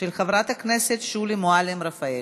של חברת הכנסת שולי מועלם-רפאלי.